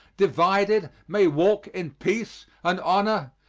divided, may walk in peace and honor,